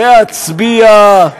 להצביע,